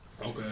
Okay